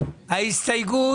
הצבעה